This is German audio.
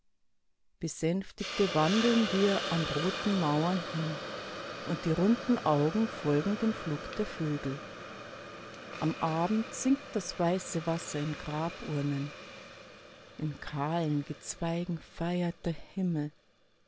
besänftigte wandeln wir an roten mauern hin und die runden augen folgen dem flug der vögel am abend sinkt das weiße wasser in graburnen in kahlen gezweigen feiert der himmel